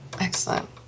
Excellent